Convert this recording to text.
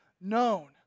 known